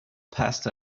passed